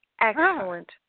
excellent